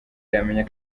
yamenya